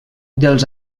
dels